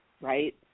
right